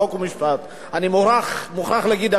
חוק ומשפט אני מוכרח להגיד,